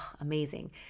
amazing